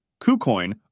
KuCoin